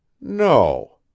No